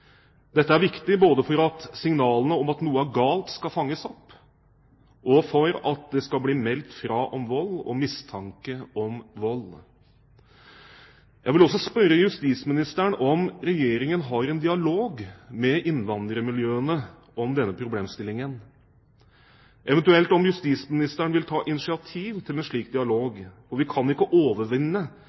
Dette er viktig både for at signalene om at noe er galt, skal fanges opp, og for at det skal bli meldt fra om vold og mistanke om vold. Jeg vil også spørre justisministeren om Regjeringen har en dialog med innvandrermiljøene om denne problemstillingen, eventuelt om justisministeren vil ta initiativ til en slik dialog. Vi kan ikke overvinne